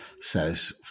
says